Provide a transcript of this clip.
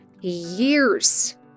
years